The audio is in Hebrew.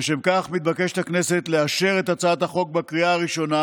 לשם כך מתבקשת הכנסת לאשר את הצעת החוק בקריאה הראשונה